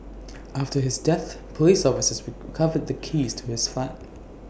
after his death Police officers recovered the keys to his flat